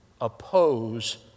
oppose